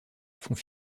font